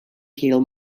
hill